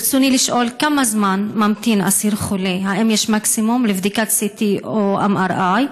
ברצוני לשאול: 1. כמה זמן ממתין אסיר חולה לבדיקת CT או MRI?